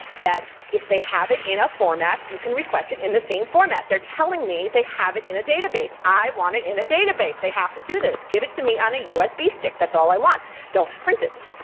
that if they have it in a format, you can request it in the same format. they're telling me they have it in a database, i want it in a database, they have to do this. give it to me on a usb stick, that's all i want. don't print it.